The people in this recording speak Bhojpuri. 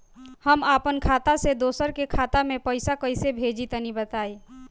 हम आपन खाता से दोसरा के खाता मे पईसा कइसे भेजि तनि बताईं?